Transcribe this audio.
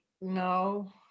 no